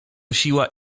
siła